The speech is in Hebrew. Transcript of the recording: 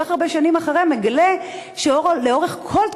כל כך הרבה שנים אחרי,